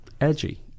Edgy